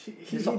the sock